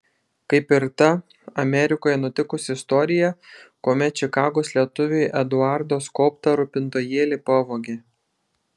kaip ir ta amerikoje nutikusi istorija kuomet čikagos lietuviui eduardo skobtą rūpintojėlį pavogė